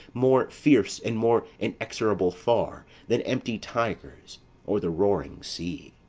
more fierce and more inexorable far than empty tigers or the roaring sea.